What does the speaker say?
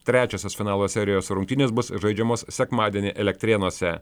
trečiosios finalo serijos rungtynės bus žaidžiamos sekmadienį elektrėnuose